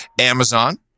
Amazon